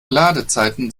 ladezeiten